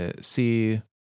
See